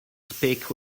speak